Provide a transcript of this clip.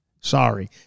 Sorry